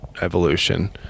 evolution